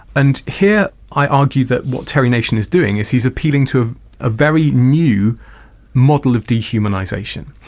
and here i argue that what terry nation is doing is he's appealing to a very new model of dehumanisation.